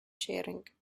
sharing